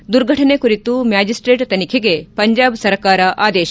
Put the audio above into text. ದುರ್ಘಟನೆ ಕುರಿತು ಮ್ಲಾಜಿಸ್ನೇಟ್ ತನಿಖೆಗೆ ಪಂಜಾಬ್ ಸರ್ಕಾರ ಆದೇಶ